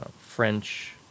French